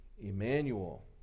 Emmanuel